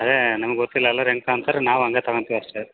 ಅದೇ ನಮ್ಗೆ ಗೊತ್ತಿಲ್ಲ ಎಲ್ಲಾರು ಹೆಂಗ್ ತೋಂತಾರೆ ನಾವು ಹಂಗೇ ತಗೋಂತಿವಿ ಅಷ್ಟೆ